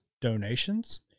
donations